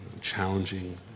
challenging